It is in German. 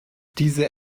diese